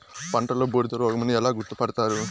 పంటలో బూడిద రోగమని ఎలా గుర్తుపడతారు?